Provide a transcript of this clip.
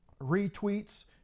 Retweets